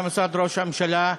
גם במשרד ראש הממשלה,